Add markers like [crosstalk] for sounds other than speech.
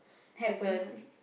happen [laughs]